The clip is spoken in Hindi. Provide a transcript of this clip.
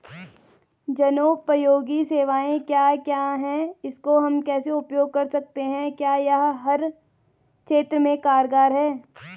जनोपयोगी सेवाएं क्या क्या हैं इसको हम कैसे उपयोग कर सकते हैं क्या यह हर क्षेत्र में कारगर है?